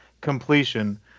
completion